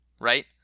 right